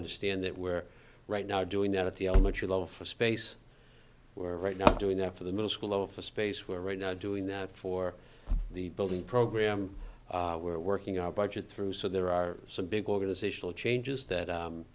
understand that we're right now doing that at the elementary level for space we're right now doing that for the middle school if a space were right now doing that for the building program we're working our budget through so there are some big organizational changes that